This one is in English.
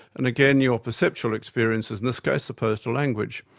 and again your perceptual experiences, in this case opposed to language,